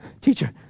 teacher